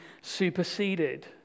superseded